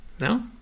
No